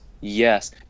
Yes